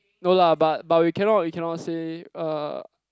no lah but but we cannot we cannot say uh